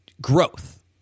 growth